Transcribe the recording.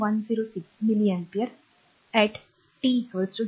106 milli ampere t 0